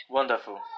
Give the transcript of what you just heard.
wonderful